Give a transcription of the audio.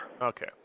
Okay